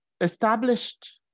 established